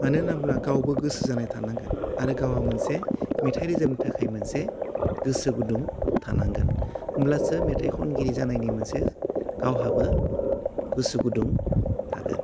मानो होनना बुंब्ला गावबो गोसो जानाय थानांगोन आरो गावहा मोनसे मेथाइ रोजाबनो थाखाय मोनसे गोसो गुदुं थानांगोन होमब्लासो मेथाइ खनगिरि जानायनि मोनसे गावहाबो गोसो गुदुं थागोन